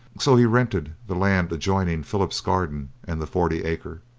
so he rented the land adjoining philip's garden and the forty-acre.